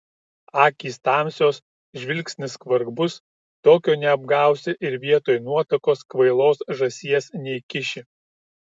akys tamsios žvilgsnis skvarbus tokio neapgausi ir vietoj nuotakos kvailos žąsies neįkiši